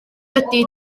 ydy